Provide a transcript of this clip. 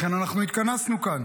לכן אנחנו התכנסנו כאן,